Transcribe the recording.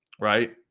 right